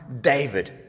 David